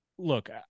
look